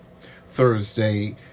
thursday